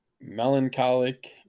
Melancholic